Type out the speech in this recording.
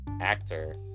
actor